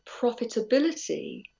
profitability